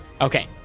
Okay